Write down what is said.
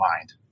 mind